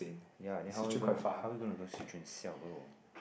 ya then how we gonna how how we gonna go Swee Choon xiao bo